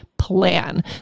plan